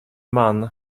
man